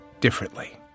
differently